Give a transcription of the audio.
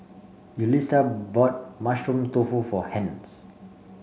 Yulissa bought Mushroom Tofu for Hence